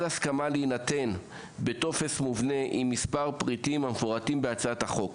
על ההסכמה להינתן בטופס מובנה עם מספר פריטים המפורטים בהצעת החוק.